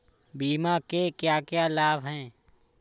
बीमा के क्या क्या लाभ हैं?